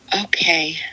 Okay